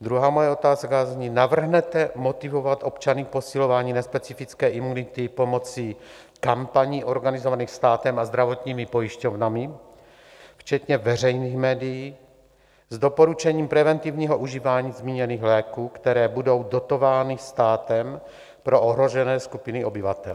Druhá moje otázka zní: Navrhnete motivovat občany k posilování nespecifické imunity pomocí kampaní organizovaných státem a zdravotními pojišťovnami včetně veřejných médií s doporučením preventivního užívání zmíněných léků, které budou dotovány státem pro ohrožené skupiny obyvatel?